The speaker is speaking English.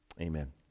Amen